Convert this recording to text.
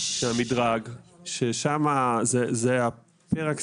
אני מצטער שזה בכזה דיליי,